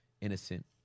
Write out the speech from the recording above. innocent